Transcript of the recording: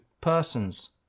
persons